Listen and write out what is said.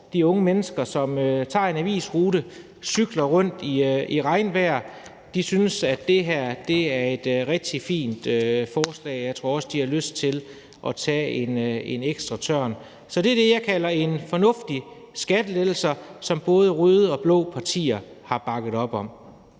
de unge mennesker, som tager en avisrute og cykler rundt i regnvejr, synes, at det her er et rigtig fint forslag, og jeg tror også, at de har lyst til at tage en ekstra tørn. Så det er det, jeg kalder en fornuftig skattelettelse, som både røde og blå partier har bakket op om.